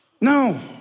No